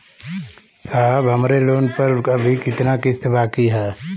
साहब हमरे लोन पर अभी कितना किस्त बाकी ह?